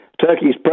Turkey's